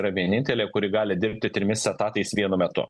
yra vienintelė kuri gali dirbti trimis etatais vienu metu